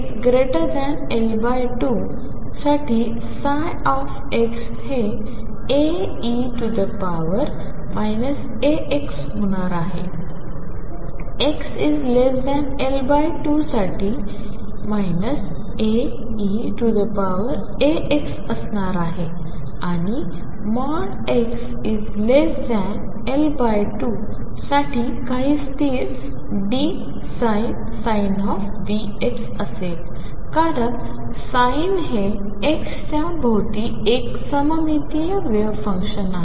तर xL2 साठी ψ हे Ae αx होणार आहे xL2 साठी Aeαx असणार आहे आणि xL2 साठी काही स्थिर Dsin βx असेल कारण sin हे x 0 च्या भोवती एक असममितीय वेव्ह फंक्शन आहे